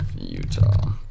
Utah